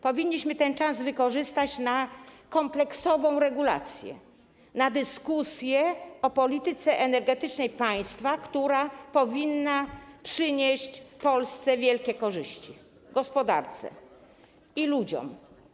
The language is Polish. Powinniśmy ten czas wykorzystać na kompleksową regulację, na dyskusję o polityce energetycznej państwa, która powinna przynieść wielkie korzyści Polsce, gospodarce i ludziom.